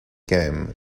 game